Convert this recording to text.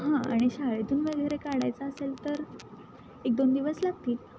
हां आणि शाळेतून वगैरे काढायचा असेल तर एक दोन दिवस लागतील